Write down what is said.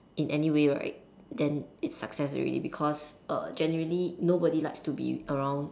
in anyway right then it's success already because err generally nobody likes to be around